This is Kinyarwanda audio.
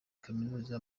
kaminuza